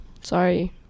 Sorry